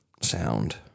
sound